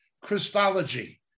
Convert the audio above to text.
Christology